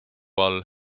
all